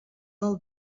del